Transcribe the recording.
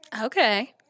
Okay